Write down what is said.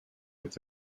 its